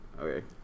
Okay